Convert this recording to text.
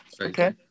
Okay